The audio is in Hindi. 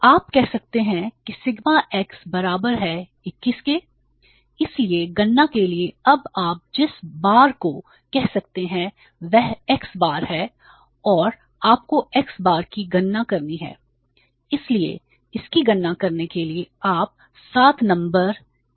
तो आप कह सकते हैं कि सिग्मा x बराबर है 21 के इसलिए गणना के लिए अब आप जिस बार को कह सकते हैं वह x बार है औरआपको x बार की गणना करनी है इसलिए इसकी गणना करने के लिए आप 7 नंबर n से विभाजित करें